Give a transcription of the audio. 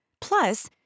Plus